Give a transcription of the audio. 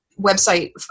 website